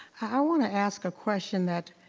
i wanna ask a question that